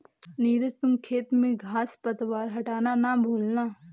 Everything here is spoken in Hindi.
नीरज तुम खेत में घांस पतवार हटाना ना भूलना